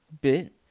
bit